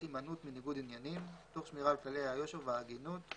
הימנעות מניגוד עניינים תוך שמירה על כללי היושר וההגינות,